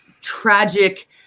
tragic